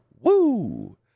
Woo